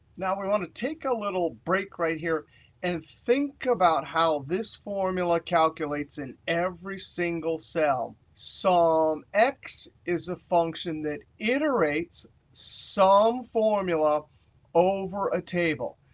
now we want to take a little break right here and think about how this formula calculates in every single cell. so um sumx is a function that iterates some formula over a table.